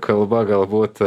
kalba galbūt